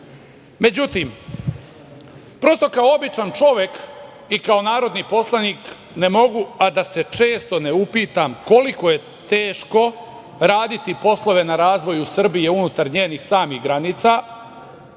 podršku.Međutim, prosto kao običan čovek i kao narodni poslanik ne mogu, a da se često ne upitam koliko je teško raditi poslove na razvoju Srbije unutar njenih samih granica